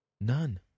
None